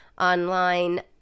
online